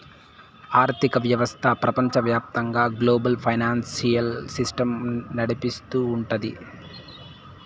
ఆర్థిక వ్యవస్థ ప్రపంచవ్యాప్తంగా గ్లోబల్ ఫైనాన్సియల్ సిస్టమ్ నడిపిస్తూ ఉంటది